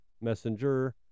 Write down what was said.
messenger